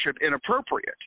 inappropriate